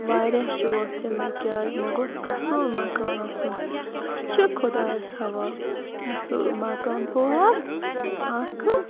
واریاہ شوق چھ مےٚ کیاہ مےٚ گوٚژھ اصل مَکان آسُن اَسہِ چھ خۄدایَس حَوال اصل مَکان پوٚہَر اکھ